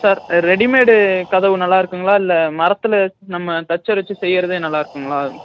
sir readymade கதவு நல்லா இருக்குங்களா இல்லை மரத்தில் நம்ம தச்சர் வச்சு செய்யுறதே நல்லா இருக்குங்களா